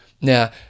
Now